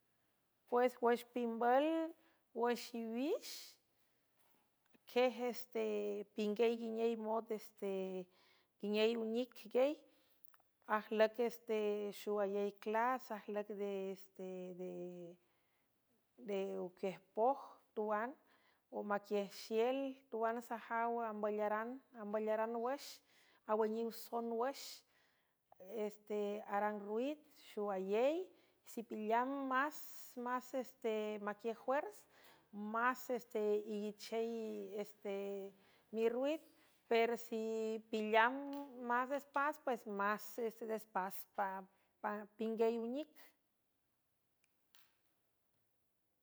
Pues wüx pimbül wüxiwix quiej este pinguiey guiney mod este nguiney unic gey ajlüc este xuayey clas ajlüc deocuiüjpoj tuan o maquiej xiel tuan sajaw amballaran wex awüniw son wex este arang rwid xualey si pileam s se maquie juerz más iuichey este mirrwid per si pileam más despaz pues más este despaz pinguey unic.